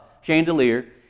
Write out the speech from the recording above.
chandelier